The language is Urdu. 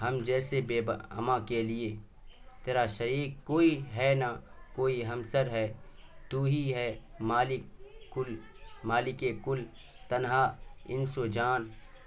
ہم جیسے بےباں اماں کے لیے تیرا شریک کوئی ہے نا کوئی ہمسر ہے تو ہی ہے مالک کل مالک کل تنہا انس و جان